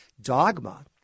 dogma